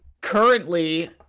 currently